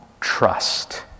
trust